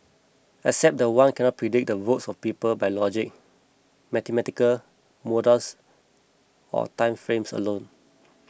except that one cannot predict the votes of the people by logic mathematical models or time frames alone